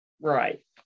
right